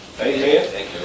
Amen